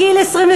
אני מודיעה לך.